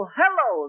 hello